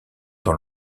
dans